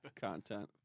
content